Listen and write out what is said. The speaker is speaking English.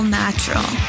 natural